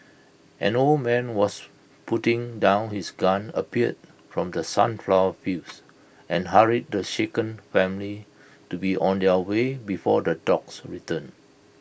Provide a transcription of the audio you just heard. an old man who was putting down his gun appeared from the sunflower fields and hurried the shaken family to be on their way before the dogs return